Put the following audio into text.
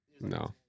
No